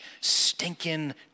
stinking